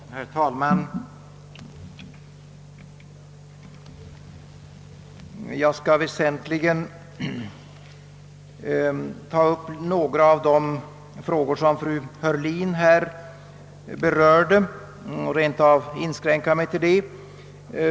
Herr talman! Jag skall väsentligen ta upp några av de frågor som fru Heurlin berörde, rentav inskränka mig till det.